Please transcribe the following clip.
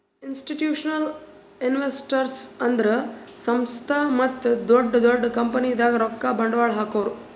institutional investors ಅಂದ್ರ ಸಂಸ್ಥಾ ಮತ್ತ್ ದೊಡ್ಡ್ ದೊಡ್ಡ್ ಕಂಪನಿದಾಗ್ ರೊಕ್ಕ ಬಂಡ್ವಾಳ್ ಹಾಕೋರು